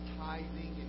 tithing